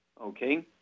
okay